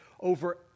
over